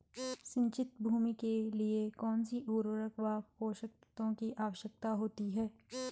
सिंचित भूमि के लिए कौन सी उर्वरक व पोषक तत्वों की आवश्यकता होती है?